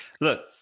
Look